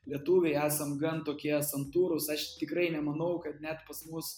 lietuviai esam gan tokie santūrūs aš tikrai nemanau kad net pas mus